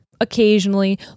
occasionally